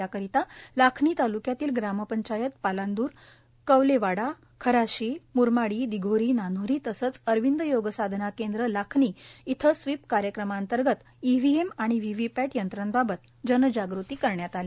या करीता लाखनी तालुक्यातील ग्रामपंचायत पालांद्रए कवलेवाडाए खराशीए मुरमाडी दिघोरीए नान्होरी तसंच अरविंद योग साधना केंद्र लाखनी इथं स्विप कार्यक्रमांतर्गत ईव्हिएम आणि व्हिव्हिपॅटबाबत जनजागृती करण्यात आली